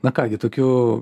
na ką gi tokiu